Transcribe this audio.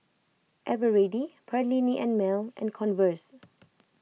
Eveready Perllini and Mel and Converse